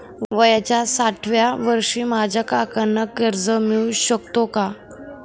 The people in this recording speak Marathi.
वयाच्या साठाव्या वर्षी माझ्या काकांना कर्ज मिळू शकतो का?